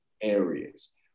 areas